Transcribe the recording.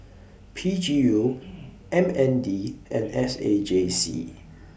P G U M N D and S A J C